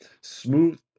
Smooth